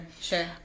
Sure